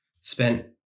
spent